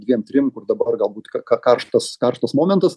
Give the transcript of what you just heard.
dviem trim kur dabar galbūt ką karštas karštas momentas